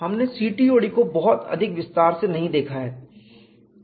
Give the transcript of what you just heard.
हमने CTOD को बहुत अधिक विस्तार से नहीं देखा है